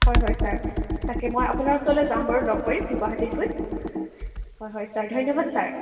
হয় হয় ছাৰ তাকে মই আপোনাৰ ওচৰলৈ যাম বাৰু লগ কৰিম গুৱাহাটীত গৈ হয় হয় ছাৰ ধন্যবাদ ছাৰ